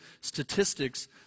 statistics